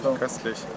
Köstlich